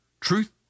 Truth